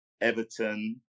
Everton